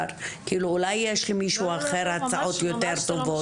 אולי מישהו אחר יש לו הצעות יותר טובות.